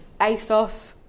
ASOS